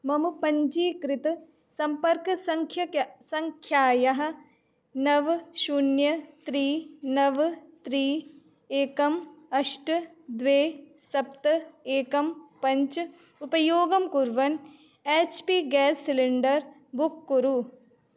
मम पञ्जीकृतसम्पर्कसङ्ख्याकः सङ्ख्यायाः नव शून्यं त्रीणी नव त्रीणी एकम् अष्ट द्वे सप्त एकं पञ्च उपयोगं कुर्वन् H P gas cylinder book कुरु